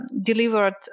delivered